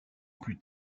plus